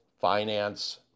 Finance